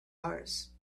mars